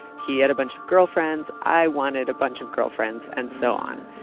he had a bunch of girlfriends, i wanted a bunch of girlfriends. and so on.